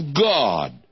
God